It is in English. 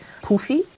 poofy